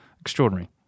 Extraordinary